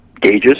gauges